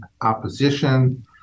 opposition